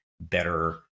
better